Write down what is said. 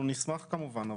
אנחנו נשמח כמובן.